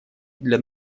для